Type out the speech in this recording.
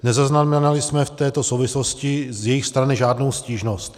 Nezaznamenali jsme v této souvislosti z jejich strany žádnou stížnost.